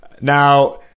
Now